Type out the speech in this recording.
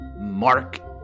Mark